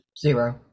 Zero